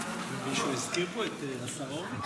מישהו הזכיר פה את השר הורביץ?